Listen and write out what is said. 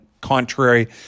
contrary